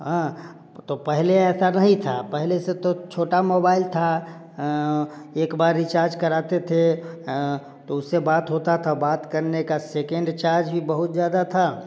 हाँ तो पहले ऐसा नहीं था पहले से तो छोटा मोबाइल था एक बार रिचार्ज कराते थे तो उससे बात होता था बात करने का सेकंड चार्ज ही बहुत ज्यादा था